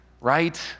Right